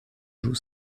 joue